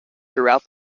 throughout